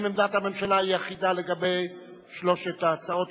האם עמדת הממשלה היא אחידה לגבי שלוש ההצעות,